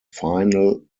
final